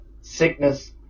sickness